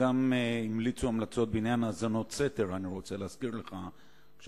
אני רוצה לומר משהו נוסף בהקשר של הדברים הקודמים,